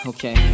Okay